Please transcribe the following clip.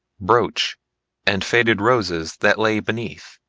brooch and faded roses that lay beneath.